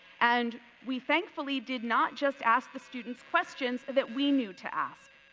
and we thankfully did not just ask the students questions that we knew to ask.